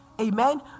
Amen